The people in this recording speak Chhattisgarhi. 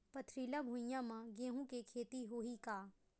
पथरिला भुइयां म गेहूं के खेती होही का?